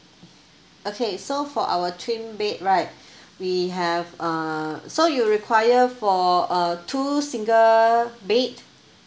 okay so for our twin bed right we have uh so you require for a two single bed